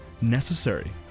necessary